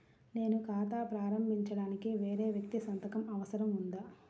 నేను ఖాతా ప్రారంభించటానికి వేరే వ్యక్తి సంతకం అవసరం ఉందా?